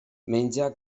menja